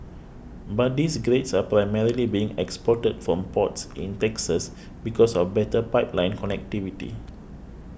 but these grades are primarily being exported from ports in Texas because of better pipeline connectivity